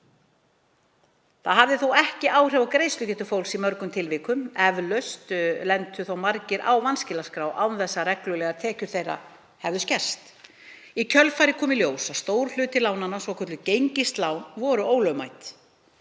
„Það hafði þó ekki áhrif á greiðslugetu fólks í mörgum tilvikum. Eflaust lentu þá margir á vanskilaskrá án þess að reglulegar tekjur þeirra hefðu skerst. Í kjölfarið kom í ljós að stór hluti lánanna, svokölluð gengislán, voru ólögmæt.